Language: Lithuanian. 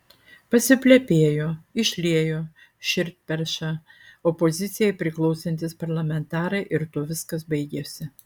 pasiplepėjo išliejo širdperšą opozicijai priklausantys parlamentarai ir tuo viskas baigėsi